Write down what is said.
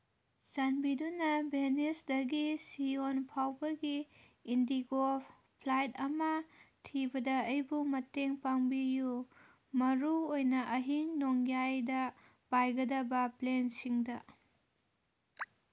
ꯆꯥꯟꯕꯤꯗꯨꯅ ꯚꯦꯅꯤꯁꯇꯒꯤ ꯁꯤꯌꯣꯜ ꯐꯥꯎꯕꯒꯤ ꯏꯟꯗꯤꯒꯣ ꯐ꯭ꯂꯥꯏꯠ ꯑꯃ ꯊꯤꯕꯗ ꯑꯩꯕꯨ ꯃꯇꯦꯡ ꯄꯥꯡꯕꯤꯌꯨ ꯃꯔꯨꯑꯣꯏꯅ ꯑꯍꯤꯡ ꯅꯣꯡꯌꯥꯏꯗ ꯄꯥꯏꯒꯗꯕ ꯄ꯭ꯂꯦꯟꯁꯤꯡꯗ